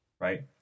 Right